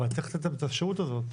אבל צריך לתת להם את האפשרות הזאת.